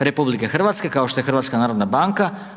RH kao što je HNB